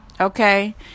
Okay